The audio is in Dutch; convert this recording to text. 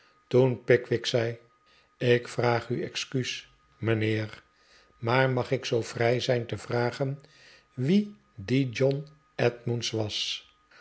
toen pickwick zei ik vraag u excuus mijnheer maar mag ik zoo vrij zijn te vragen wie die john edmunds was